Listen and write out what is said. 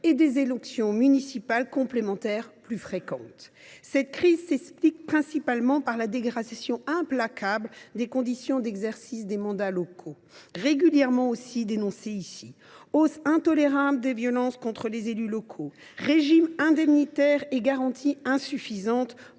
et des élections municipales complémentaires plus fréquentes. Cette crise s’explique principalement par la dégradation implacable des conditions d’exercice des mandats locaux, régulièrement dénoncée par le Sénat : hausse intolérable des violences contre les élus locaux, indemnités et garanties insuffisantes